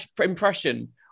impression